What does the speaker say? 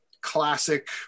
classic